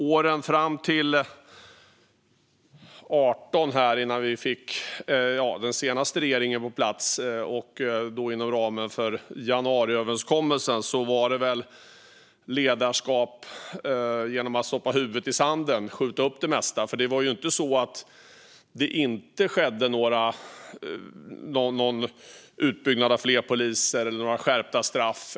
Åren fram till 2018, innan vi fick den senaste regeringen på plats inom ramen för januariöverenskommelsen, bestod ledarskapet av att man stoppade huvudet i sanden och sköt upp det mesta. Det var ju inte så att det inte skedde någon utbyggnad av polisen eller att det blev skärpta straff.